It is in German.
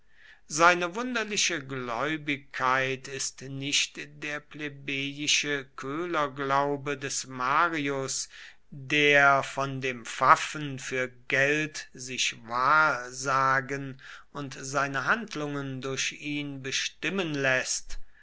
seine wunderliche gläubigkeit ist nicht der plebejische köhlerglaube des marius der von dem pfaffen für geld sich wahrsagen und seine handlungen durch ihn bestimmen läßt